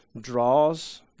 draws